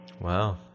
Wow